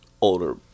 older